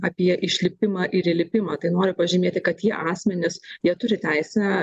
apie išlipimą ir įlipimą tai noriu pažymėti kad tie asmenys jie turi teisę